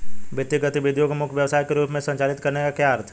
वित्तीय गतिविधि को मुख्य व्यवसाय के रूप में संचालित करने का क्या अर्थ है?